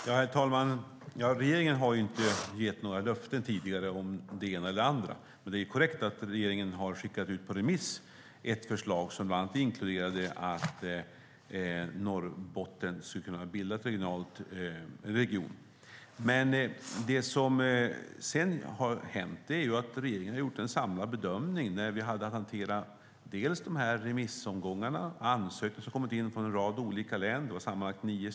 Herr talman! Regeringen har inte gett några löften om det ena eller det andra tidigare. Men det är korrekt att regeringen har skickat ut ett förslag på remiss som bland annat inkluderade att Norrbotten skulle kunna bilda en region. Det som sedan har hänt är att regeringen har gjort en samlad bedömning efter att ha hanterat dels remissomgångarna, dels de ansökningar som kommit in från en rad olika län, sammanlagt nio.